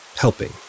helping